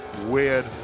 weird